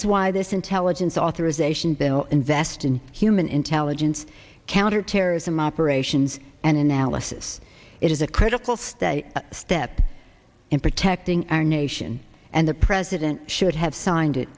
is why this intelligence authorization bill invest in human intelligence counterterrorism operations and analysis it is a critical state step in protecting our nation and the president should have signed it